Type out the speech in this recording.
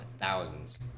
thousands